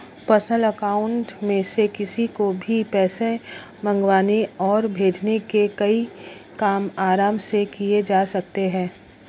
personal account में से किसी को भी पैसे मंगवाने और भेजने के कई काम आराम से किये जा सकते है